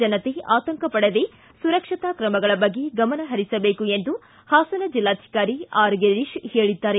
ಜನತೆ ಆತಂಕ ಪಡದೆ ಸುರಕ್ಷತಾ ಕ್ರಮಗಳ ಬಗ್ಗೆ ಗಮನ ಪರಿಸಬೇಕು ಎಂದು ಹಾಸನ ಜಿಲ್ಲಾಧಿಕಾರಿ ಆರ್ ಗಿರೀಶ್ ಹೇಳಿದ್ದಾರೆ